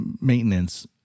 maintenance